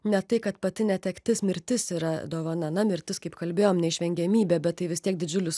ne tai kad pati netektis mirtis yra dovana na mirtis kaip kalbėjom neišvengiamybė bet tai vis tiek didžiulis